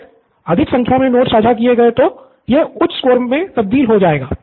pro बाला अधिक संख्या में नोट्स साझा किए गए तो नितिन यह उच्च स्कोर में तब्दील हो जाएगा